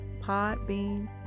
Podbean